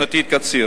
"קציר".